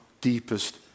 deepest